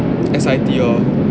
S_I_T lor